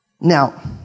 Now